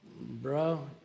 bro